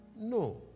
no